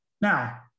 now